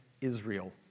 Israel